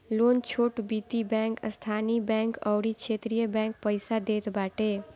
loan छोट वित्तीय bank, स्थानीय बैंक अउरी क्षेत्रीय बैंक पईसा देत बाटे